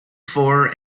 for